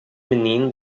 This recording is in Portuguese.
menina